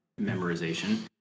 memorization